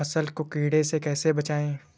फसल को कीड़े से कैसे बचाएँ?